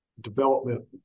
development